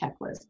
checklist